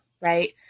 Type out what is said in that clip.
Right